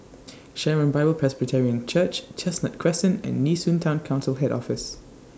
Sharon Bible Presbyterian Church Chestnut Crescent and Nee Soon Town Council Head Office